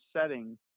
setting